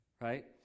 right